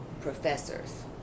professors